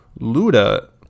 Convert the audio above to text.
Luda